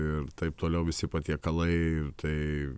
ir taip toliau visi patiekalai tai